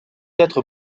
être